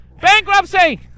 Bankruptcy